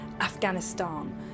Afghanistan